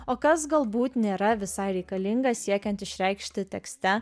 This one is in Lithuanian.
o kas galbūt nėra visai reikalinga siekiant išreikšti tekste